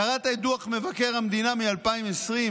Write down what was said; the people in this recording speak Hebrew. קראת את דוח מבקר המדינה מ-2020,